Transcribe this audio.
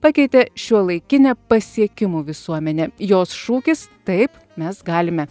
pakeitė šiuolaikinė pasiekimų visuomenė jos šūkis taip mes galime